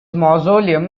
mausoleum